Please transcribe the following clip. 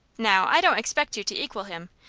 now, i don't expect you to equal him,